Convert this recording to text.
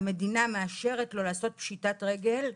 המדינה מאשרת לו לעשות פשיטת רגל.